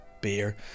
beer